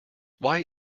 why